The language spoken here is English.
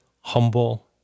humble